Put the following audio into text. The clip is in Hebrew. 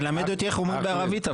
אבל תלמד אותי איך אומרים בערבית.